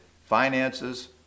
finances